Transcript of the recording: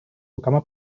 rukama